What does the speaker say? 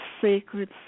sacred